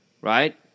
Right